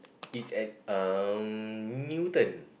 is at uh Newton